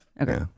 Okay